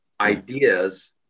ideas